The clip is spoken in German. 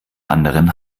anderen